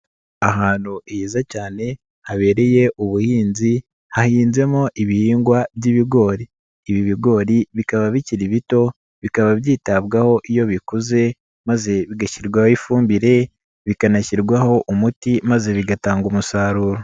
Ahantu heza cyane, habereye ubuhinzi, hahinzemo ibihingwa by'ibigori. Ibi bigori bikaba bikiri bito, bikaba byitabwaho iyo bikuze maze bigashyirwaho ifumbire, bikanashyirwaho umuti maze bigatanga umusaruro.